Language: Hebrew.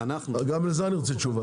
גם לזה אני רוצה תשובה.